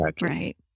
Right